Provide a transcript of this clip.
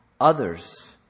others